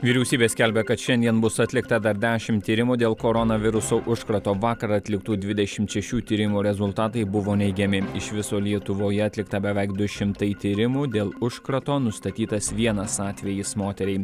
vyriausybė skelbia kad šiandien bus atlikta dar dešimt tyrimų dėl koronaviruso užkrato vakar atliktų dvidešim šešių tyrimų rezultatai buvo neigiami iš viso lietuvoje atlikta beveik du šimtai tyrimų dėl užkrato nustatytas vienas atvejis moteriai